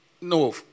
no